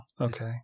okay